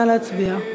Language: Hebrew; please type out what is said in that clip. נא להצביע.